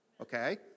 Okay